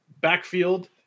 backfield